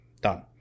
done